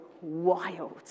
wild